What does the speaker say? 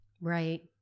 Right